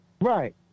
right